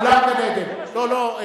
לא לא,